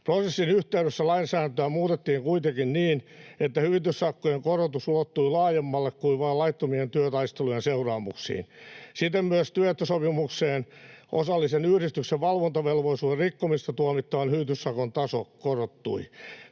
Prosessin yhteydessä lainsäädäntöä muutettiin kuitenkin niin, että hyvityssakkojen korotus ulottui laajemmalle kuin vain laittomien työtaistelujen seuraamuksiin. Siten myös työehtosopimukseen osallisen yhdistyksen valvontavelvollisuuden rikkomisesta tuomittavan hyvityssakon taso korottui.